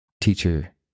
teacher